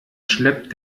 schleppt